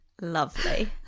lovely